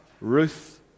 Ruth